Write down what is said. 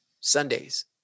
Sundays